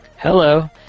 hello